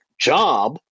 job